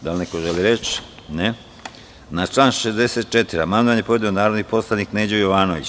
Da li neko želi reč? (Ne) Na član 64. amandman je podneo narodni poslanik Neđo Jovanović.